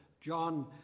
John